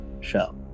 show